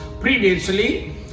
previously